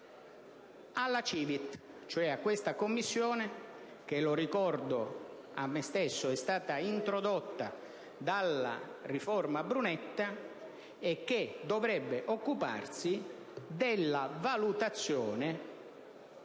alla CiVIT, cioè a questa Commissione che - lo ricordo a me stesso - è stata introdotta dalla riforma Brunetta e che dovrebbe occuparsi della valutazione